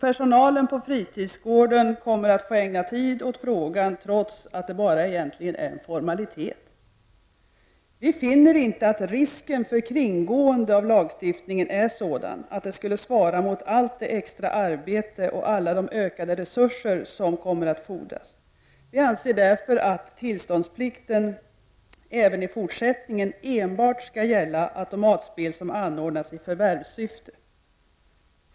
Personalen på fritidsgården kommer att få ägna tid åt frågan, trots att det egentligen bara är en formalitet. Vi finner inte att risken för kringående av lagen är sådan att den skulle svara mot allt det extra arbete och alla de ökade resurser som kommer att fordras. Vi anser därför att tillståndsplikten även i fortsättningen enbart skall gälla automatspel som anordnas i förvärvssyfte.